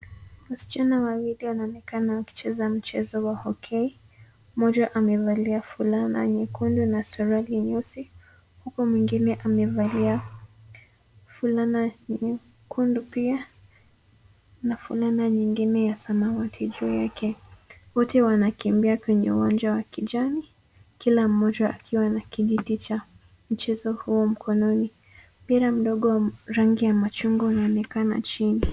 Wasichana wawili wanaonekana wakicheza mchezo wa hockey . Mmoja amevalia fulana nyekundu na suruali nyeusi, huku mwingine amevalia fulana nyekundu pia, na fulana nyingine ya samawati juu yake. Wote wanakimbia kwenye uwanja wa kijani, kila mmoja akiwa na kijiti cha mchezo huo mkononi. Mpira mdogo wa rangi ya machungwa unaonekana chini.